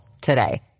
today